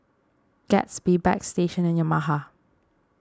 Gatsby Bagstationz and Yamaha